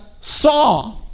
saw